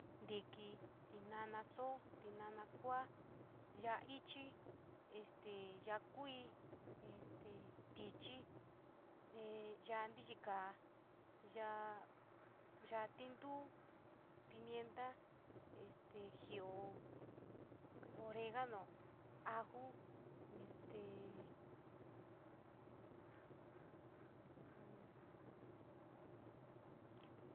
Ntiki, tinana soo, tinana kuua, ya’a ichii este ya’a kuii, este tichii, yo’a ntilikaa, yo’a tinfuu pimienta este jioo, oregano, aju este.